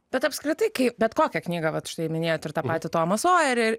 bet apskritai kai bet kokią knygą vat šai minėjot ir tą patį tomą sojerį